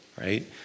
right